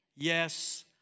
Yes